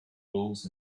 rules